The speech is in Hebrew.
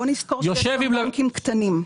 בוא נזכור שיש גם בנקים קטנים.